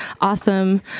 awesome